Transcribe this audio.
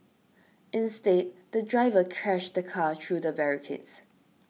instead the driver crashed the car through the barricades